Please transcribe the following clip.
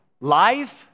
Life